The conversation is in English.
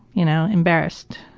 you know, embarrassed,